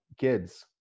kids